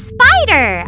Spider